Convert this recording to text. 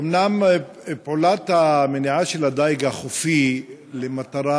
אומנם פעולת המניעה של הדיג החופי למטרת